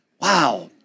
Wow